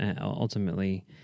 ultimately